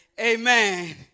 amen